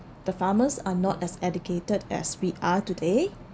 the farmers are not as educated as we are today